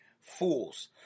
fools